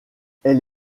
elle